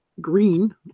green